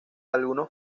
algunos